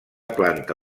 planta